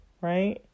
right